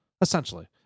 essentially